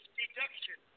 deduction